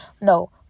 no